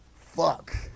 Fuck